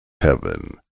heaven